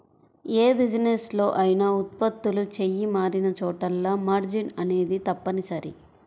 యే బిజినెస్ లో అయినా ఉత్పత్తులు చెయ్యి మారినచోటల్లా మార్జిన్ అనేది తప్పనిసరి